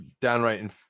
downright